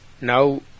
Now